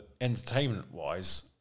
entertainment-wise